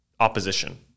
opposition